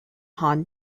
han